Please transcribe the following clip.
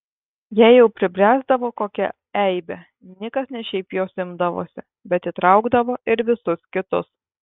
jei jau pribręsdavo kokia eibė nikas ne šiaip jos imdavosi bet įtraukdavo ir visus kitus